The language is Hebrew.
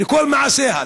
לכל מעשיה,